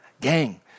Gang